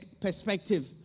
perspective